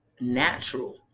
natural